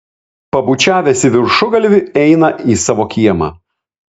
pabučiavęs į viršugalvį eina į savo kiemą